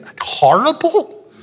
horrible